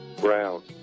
brown